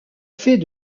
fait